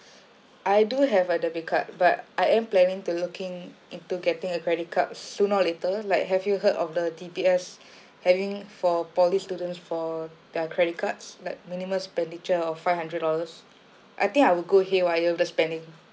I do have a debit card but I am planning to looking into getting a credit card sooner or later like have you heard of the D_B_S having for poly students for their credit cards like minimum expenditure of five hundred dollars I think I will go haywire with the spending